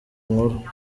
nkuru